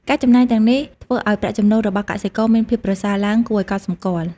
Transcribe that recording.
ការចំណេញទាំងនេះ ធ្វើឱ្យប្រាក់ចំណូលរបស់កសិករមានភាពប្រសើរឡើងគួរឱ្យកត់សម្គាល់។